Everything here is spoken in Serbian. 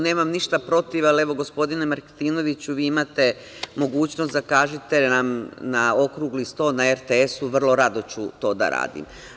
Nemam ništa protiv, ali gospodine Martinoviću vi imate mogućnost zakažite nam na okrugli sto na RTS, vrlo rado da ću to da radim.